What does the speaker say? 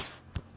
so